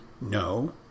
No